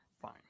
Fine